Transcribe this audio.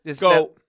go –